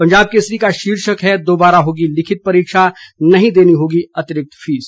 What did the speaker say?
पंजाब केसरी का शीर्षक है दोबारा होगी लिखित परीक्षा नहीं देनी होगी अतिरिक्त फीस